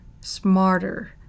smarter